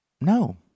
No